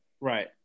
right